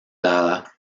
dada